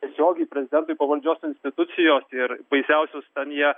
tiesiogiai prezidentui pavaldžios institucijos ir baisiausius ten jie